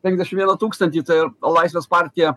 penkiasdešim vieną tūkstantį tai ar laisvės partija